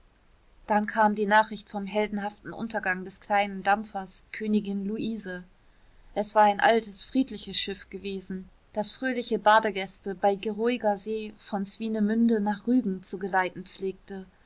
dann kam die nachricht vom heldenhaften untergang des kleinen dampfers königin luise es war ein altes friedliches schiff gewesen das fröhliche badegäste bei geruhiger see von swinemünde nach rügen zu geleiten pflegte